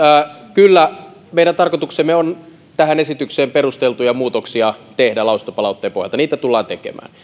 kyllä meidän tarkoituksemme on tähän esitykseen perusteltuja muutoksia tehdä lausuntopalautteen pohjalta niitä tullaan tekemään